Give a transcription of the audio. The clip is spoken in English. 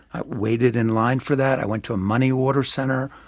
i waited in line for that. i went to a money order center.